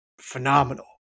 phenomenal